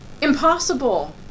impossible